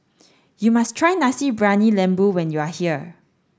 you must try Nasi Briyani Lembu when you are here